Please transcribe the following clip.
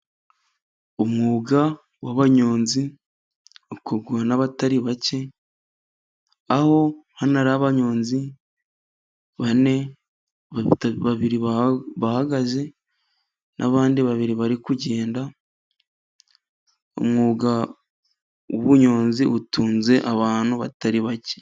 Umwuga w'abanyonzi ukorwa n'abatari bake ,aho hano ari abanyonzi bane bahagaze, n'abandi babiri bari kugenda. Umwuga w'ubunyonzi utunze abantu batari bake.